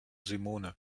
simone